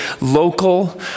local